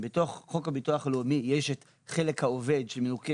בתוך חוק הביטוח הלאומי יש את חלק העובד שמנוכה